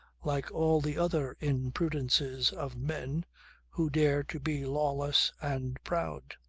like all the other imprudences of men who dare to be lawless and proud.